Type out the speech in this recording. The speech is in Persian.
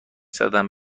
زدم